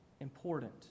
important